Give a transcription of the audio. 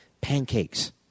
pancakes